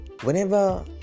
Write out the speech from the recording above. whenever